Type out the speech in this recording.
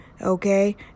okay